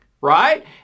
Right